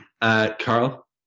Carl